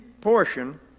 portion